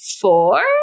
four